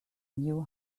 knew